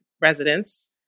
residents